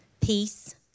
peace